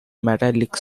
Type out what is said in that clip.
metallic